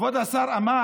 כבוד השר אמר,